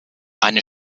eine